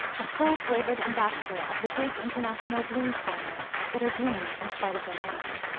a full-flavored ambassador of the big international blues family, that are green in spite of their name.